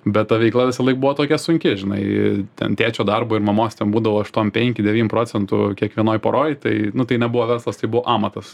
bet ta veikla visąlaik buvo tokia sunki žinai ten tėčio darbo ir mamos ten būdavo aštuom penki devym procentų kiekvienoj poroj tai nu tai nebuvo verslas tai buvo amatas